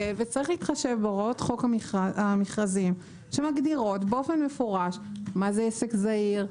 צריך להתחשב בהוראות חוק המכרזים שמגדירות מפורשות מה זה עסק זעיר,